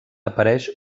apareix